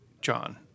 John